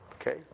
Okay